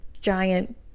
giant